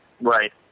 Right